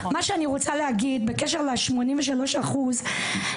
בנוגע ל-83 אחוז,